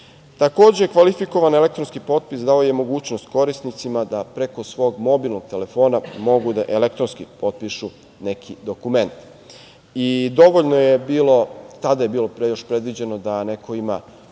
kvalifikovan elektronski potpis dao je mogućnost korisnicima da preko svog mobilnog telefona mogu da elektronski potpišu neki dokument. Dovoljno je bilo da neko ima korisničko ime, da ima